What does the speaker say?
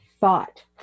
thought